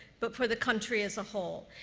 but for the country as a whole.